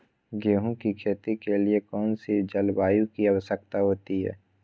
गेंहू की खेती के लिए कौन सी जलवायु की आवश्यकता होती है?